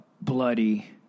bloody